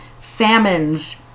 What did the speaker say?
Famines